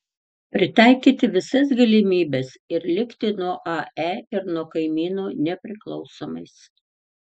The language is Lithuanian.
pritaikyti visas galimybes ir likti nuo ae ir nuo kaimynų nepriklausomais